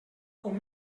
com